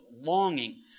longing